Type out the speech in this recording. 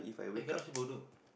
eh cannot say bodoh